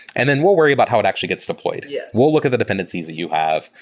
and then we'll worry about how it actually gets deployed. yeah we'll look at the dependencies that you have.